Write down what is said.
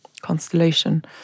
constellation